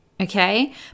Okay